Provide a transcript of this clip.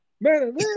Man